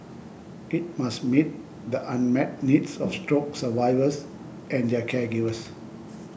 it must meet the unmet needs of stroke survivors and their caregivers